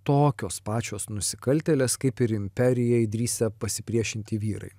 tokios pačios nusikaltėlės kaip ir imperijai drįsę pasipriešinti vyrai